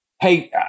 hey